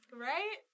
Right